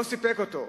לא סיפק אותו.